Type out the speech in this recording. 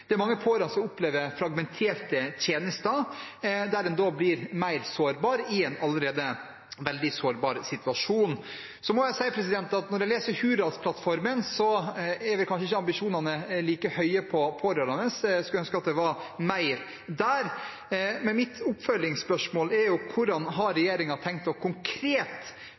Det er mange pårørende som opplever fragmenterte tjenester der en blir mer sårbar i en allerede veldig sårbar situasjon. Så må jeg si at når jeg leser Hurdalsplattformen, er vel kanskje ikke ambisjonene der like høye for pårørende. Jeg skulle ønske at det var mer der. Men mitt oppfølgingsspørsmål er: Hvordan har regjeringen tenkt konkret